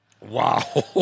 Wow